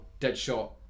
Deadshot